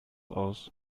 aus